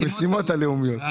אבל